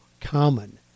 common